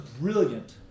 brilliant